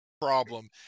problem